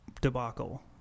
debacle